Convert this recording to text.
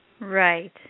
Right